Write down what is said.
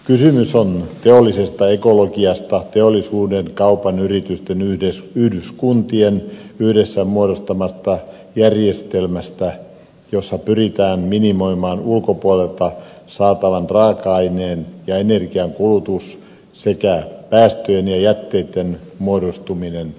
kysymys on teollisesta ekologiasta teollisuuden kaupan yritysten yhdyskuntien yhdessä muodostamasta järjestelmästä jossa pyritään minimoimaan ulkopuolelta saatavan raaka aineen ja energian kulutus sekä päästöjen ja jätteitten muodostuminen